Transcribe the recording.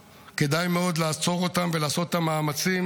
2005. כדאי מאוד לעצור אותם ולעשות את המאמצים,